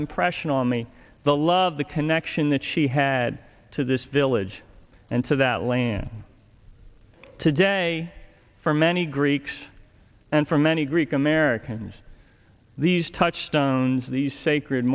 impression on me the love the connection that she had to this village and to that land today for many greeks and for many greek americans these touchstones these sacred